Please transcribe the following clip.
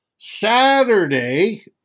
Saturday